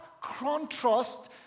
contrast